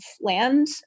land